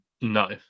No